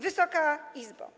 Wysoka Izbo!